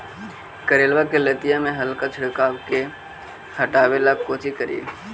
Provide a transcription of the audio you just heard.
करेलबा के लतिया में हरका किड़बा के हटाबेला कोची करिए?